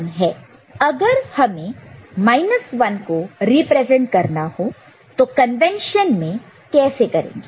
अगर हमें 1 को रिप्रेजेंट करना हो तो इस कन्वेंशन में कैसे करेंगे